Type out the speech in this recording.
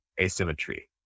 asymmetry